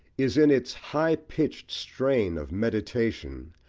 is, in its high-pitched strain of meditation,